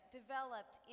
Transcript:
developed